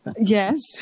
Yes